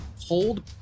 Hold